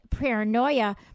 paranoia